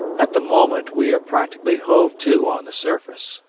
at the moment we are practically hove to on the surface,